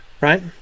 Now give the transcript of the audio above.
right